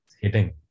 hitting